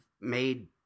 made